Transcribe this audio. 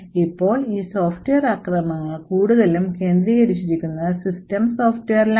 ഇപ്പോൾ ഈ സോഫ്റ്റ്വെയർ ആക്രമണങ്ങൾ കൂടുതലും കേന്ദ്രീകരിച്ചിരിക്കുന്നത് സിസ്റ്റം സോഫ്റ്റ്വെയറിലാണ്